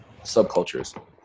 subcultures